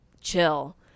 chill